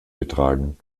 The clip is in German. getragen